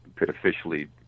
officially